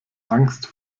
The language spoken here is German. angst